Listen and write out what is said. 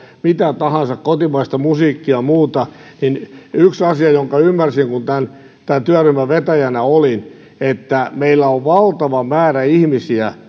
mitä tahansa kotimaista musiikkia tai muuta niin yksi asia jonka ymmärsin kun tämän tämän työryhmän vetäjänä olin on se että meillä on valtava määrä ihmisiä